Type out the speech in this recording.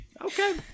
Okay